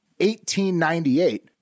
1898